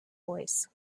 voice